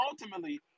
ultimately